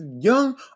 young